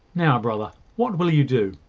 now, brother, what will you do?